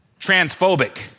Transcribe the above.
transphobic